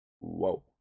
whoa